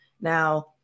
Now